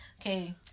Okay